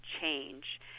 change